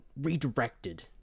redirected